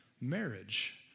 marriage